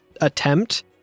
attempt